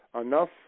enough